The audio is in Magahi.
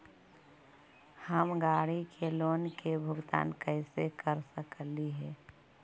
हम गाड़ी के लोन के भुगतान कैसे कर सकली हे?